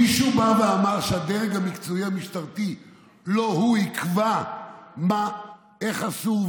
מישהו בא ואמר שהדרג המקצועי המשטרתי לא הוא שיקבע איך אסור,